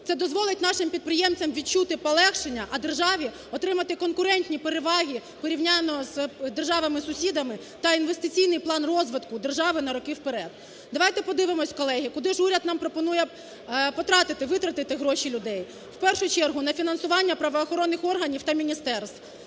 Це дозволить нашим підприємцям відчути полегшення, а державі отримати конкурентні переваги порівняно з державами-сусідами та інвестиційний план розвитку держави на роки вперед. Давайте подивимося, колеги, куди ж уряд нам пропонує потратити… витрати гроші людей. В першу чергу, на фінансування правоохоронних органів та міністерств.